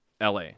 LA